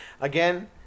Again